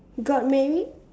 got marry